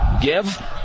give